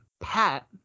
Pat